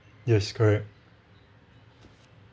yes correct